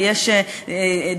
בשעה 21:00 בערך,